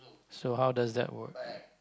so how does that work